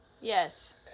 Yes